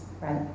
right